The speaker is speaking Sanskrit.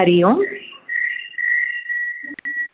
हरि ओम्